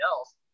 else